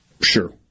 Sure